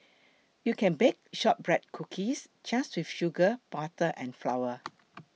you can bake Shortbread Cookies just with sugar butter and flour